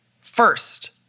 First